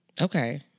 Okay